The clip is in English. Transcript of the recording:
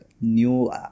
new